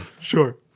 Sure